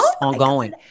ongoing